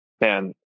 man